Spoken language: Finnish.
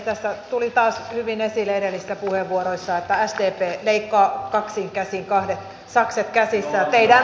tässä tuli taas hyvin esille edellisissä puheenvuoroissa että sdp leikkaa kaksin käsin kahdet sakset käsissä